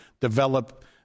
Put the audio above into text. develop